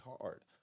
hard